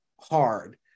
hard